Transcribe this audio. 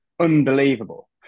unbelievable